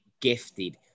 gifted